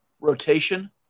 rotation